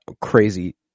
crazy